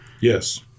Yes